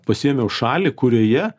pasiėmiau šalį kurioje